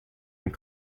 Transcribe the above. and